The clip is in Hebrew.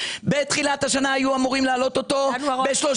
בתחילת השנה היו אמורים להעלות אותו ב-31%,